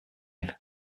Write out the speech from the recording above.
him